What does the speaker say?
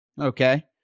Okay